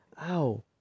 Ow